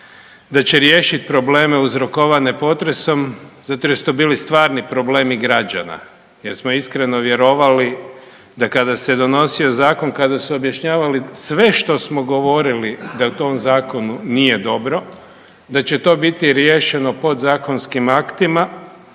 da će riješiti probleme uzrokovane potresom zato jer su to bili stvarni problemi građana jer smo iskreno vjerovali, da kada se donosio zakon, kada su objašnjavali sve što smo govorili da u tom zakonu nije dobro, da će to biti riješeno podzakonskim aktima,